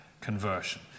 conversion